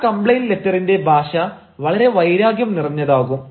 ആ കംപ്ലെയ്ന്റ് ലെറ്ററിന്റെ ഭാഷ വളരെ വൈരാഗ്യം നിറഞ്ഞതാകും